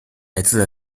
来自